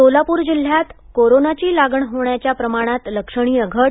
सोलापूर जिल्ह्यात कोरोनाची लागण होण्याच्या प्रमाणात लक्षणीय घट